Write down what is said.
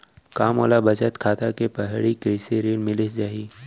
का मोला बचत खाता से पड़ही कृषि ऋण मिलिस जाही?